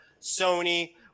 Sony